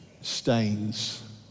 Stains